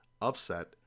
upset